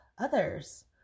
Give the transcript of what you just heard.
others